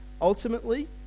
Ultimately